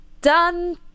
done